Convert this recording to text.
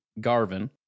Garvin